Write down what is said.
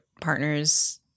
partner's